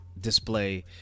display